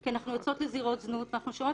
כי אנחנו יוצאות לזירות זנות ואנחנו שומעות